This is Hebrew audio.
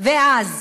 ואז